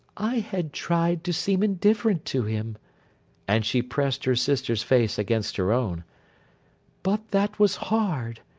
i had tried to seem indifferent to him and she pressed her sister's face against her own but that was hard,